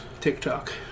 TikTok